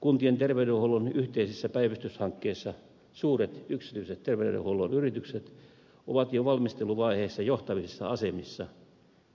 kuntien terveydenhuollon yhteisissä päivystyshankkeissa suuret yksityiset terveydenhuollon yritykset ovat jo valmisteluvaiheessa johtavissa asemissa